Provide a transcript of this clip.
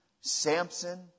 Samson